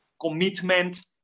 commitment